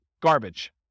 garbage